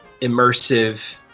immersive